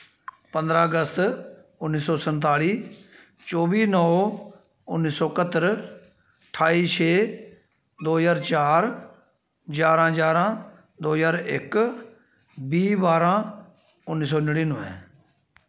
पंदरा अगस्त उन्नी सौ संताली चोबी नौ उन्नी सौ कत्तर ठाई छे दो ज्हार चार ग्यारां ग्यारां दो ज्हार इक बीह् बारां उन्नी सौ नड़िनुये